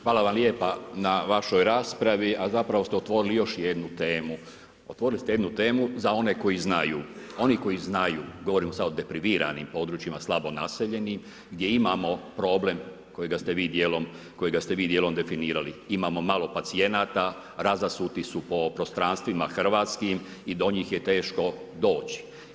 Hvala vam lijepa na vašoj raspravi a zapravo ste otvorili još jednu temu, otvorili ste jednu temu za one koji znaju, oni koji znaju, govorim sad o depriviranim područjima, slabo naseljeni, gdje imamo problem kojega ste vi dijelom definirali, imamo malo pacijenata, razasuti su po prostranstvima hrvatskim i do njih je teško doći.